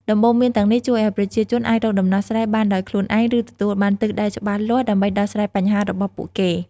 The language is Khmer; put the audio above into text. ដំបូន្មានទាំងនេះជួយឲ្យប្រជាជនអាចរកដំណោះស្រាយបានដោយខ្លួនឯង ឬទទួលបានទិសដៅច្បាស់លាស់ដើម្បីដោះស្រាយបញ្ហារបស់ពួកគេ។